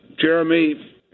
Jeremy